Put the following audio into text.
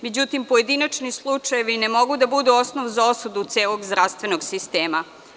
Međutim, pojedinačni slučajevi ne mogu da budu osnov za osudu celog zdravstvenog sistema.